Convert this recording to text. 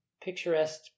picturesque